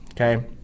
okay